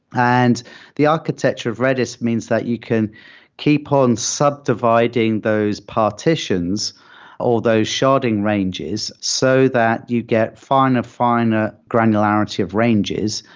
and the architecture of redis means that you can keep on subdividing those partitions or those sharding ranges so that you get finer, finer granularity of ranges.